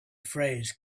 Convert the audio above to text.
phrase